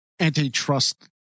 antitrust